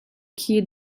khi